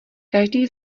každý